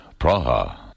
Praha